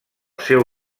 seu